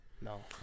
No